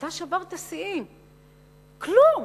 אתה שברת שיאים כלום.